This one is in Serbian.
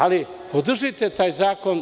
Ali, podržite taj zakon.